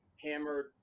hammered